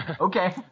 Okay